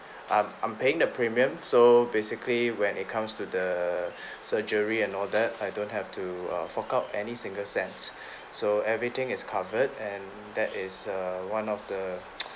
I'm I'm paying the premium so basically when it comes to the surgery and all that I don't have to err fork out any single cents so everything is covered and that is err one of the